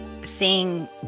seeing